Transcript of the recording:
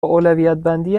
اولویتبندی